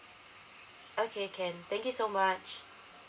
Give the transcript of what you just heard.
okay can thank you so much